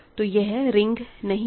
तो यह रिंग नहीं है